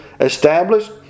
established